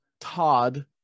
Todd